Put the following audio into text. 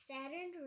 Saturn